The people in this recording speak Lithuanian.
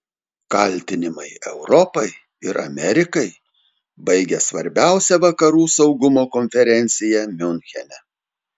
kaltinimai europai ir amerikai baigia svarbiausią vakarų saugumo konferenciją miunchene